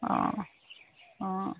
অঁ অঁ